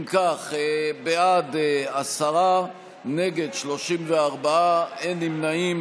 אם כך, בעד, עשרה, נגד, 34, אין נמנעים.